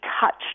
touched